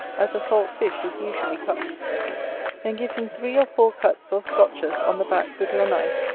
as a salt-fish is usually cut then give him three or four cuts or scotches on the back with your knife,